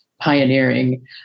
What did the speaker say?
pioneering